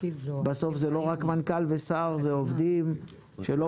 בסוף זה לא רק מנכ"ל ושר אלא אלה עובדים שלא